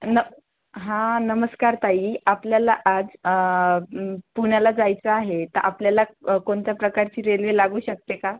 न हां नमस्कार ताई आपल्याला आज पुण्याला जायचं आहे तर आपल्याला कोणत्या प्रकारची रेल्वे लागू शकते कां